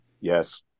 yes